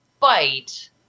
fight